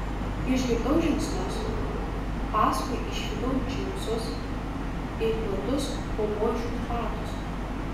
išgirdau žingsnius paskui išvydau džinsus ir juodus kaubojiškus batus